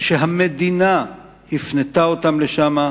שהמדינה הפנתה אותן לשם,